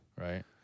Right